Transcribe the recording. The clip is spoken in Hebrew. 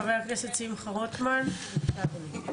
חבר הכנסת שמחה רוטמן, בבקשה אדוני.